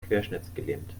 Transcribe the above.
querschnittsgelähmt